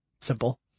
simple